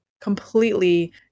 completely